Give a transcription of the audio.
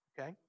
okay